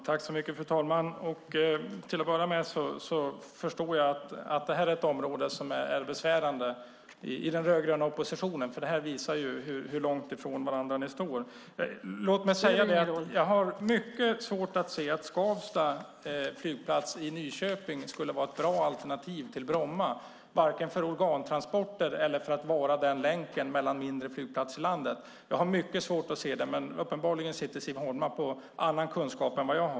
Fru talman! Jag förstår att det här är ett område som är besvärande i den rödgröna oppositionen, för det visa hur långt ifrån varandra ni står. Jag har mycket svårt att se att Skavsta flygplats i Nyköping skulle vara ett bra alternativ till Bromma för organtransporter eller som länk mellan mindre flygplatser i landet. Men uppenbarligen besitter Siv Holma annan kunskap än jag.